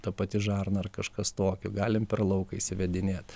ta pati žarna ar kažkas tokio galim per lauką įsivedinėt